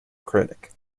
critic